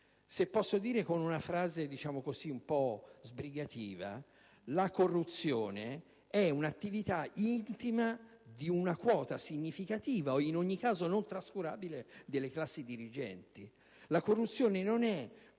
Per dirla con una frase un po' sbrigativa, la corruzione è un'attività intima di una quota significativa, o in ogni caso non trascurabile, delle classi dirigenti. La corruzione non è